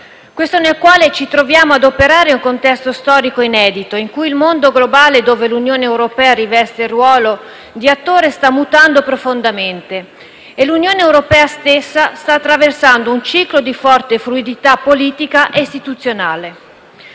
Quello nel quale ci troviamo a operare è un contesto storico inedito, in cui il mondo globale, dove l'Unione europea riveste il ruolo di attore, sta mutando profondamente e l'Unione europea stessa sta attraversando un ciclo di forte fluidità politica e istituzionale.